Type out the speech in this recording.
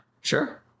sure